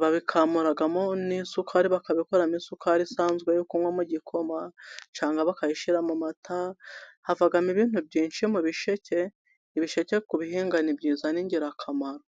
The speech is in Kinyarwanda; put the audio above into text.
babikamuramo n'isukari bakabikoramo isukari isanzwe yo kunywa mu gikoma, cyangwa bakayishira mu mata, havamo ibintu byinshi mu bisheke. Ibisheke kubihinga ni byiza ni ingirakamaro.